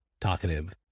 talkative